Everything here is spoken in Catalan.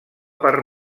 per